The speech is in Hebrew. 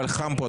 אבל חם פה,